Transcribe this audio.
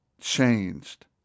changed